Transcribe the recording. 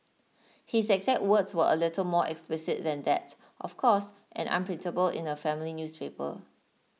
his exact words were a little more explicit than that of course and unprintable in a family newspaper